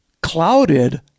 clouded